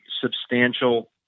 substantial